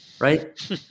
right